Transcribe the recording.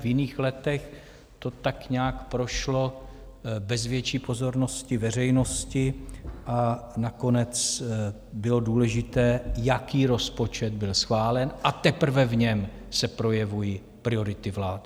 V jiných letech to tak nějak prošlo bez větší pozornosti veřejnosti a nakonec bylo důležité, jaký rozpočet byl schválen, a teprve v něm se projevují priority vlády.